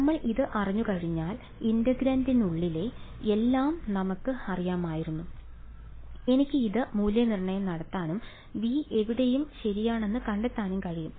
നമ്മൾ ഇത് അറിഞ്ഞുകഴിഞ്ഞാൽ ഇന്റഗ്രാൻഡിനുളളിലെ എല്ലാം നമുക്ക് അറിയാമായിരുന്നു എനിക്ക് ഇത് മൂല്യനിർണ്ണയം നടത്താനും വി എവിടെയും ശരിയാണെന്ന് കണ്ടെത്താനും കഴിയും